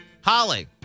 Holly